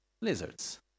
lizards